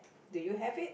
do you have it